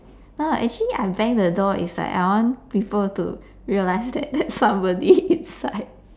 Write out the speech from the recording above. no actually I bang the door is like I want people to realize that that somebody inside